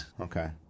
okay